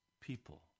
people